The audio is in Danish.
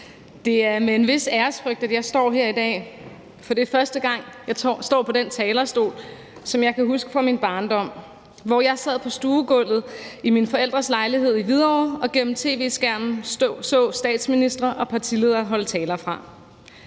Det er med en vis ærefrygt, jeg står her i dag, for det er første gang, jeg står på den talerstol, som jeg kan huske fra min barndom; jeg sad på stuegulvet i mine forældres lejlighed i Hvidovre og så på tv-skærmen statsministre og partiledere holde taler på